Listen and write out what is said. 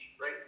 right